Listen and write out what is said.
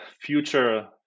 future